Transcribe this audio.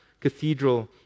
cathedral